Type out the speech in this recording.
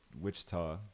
Wichita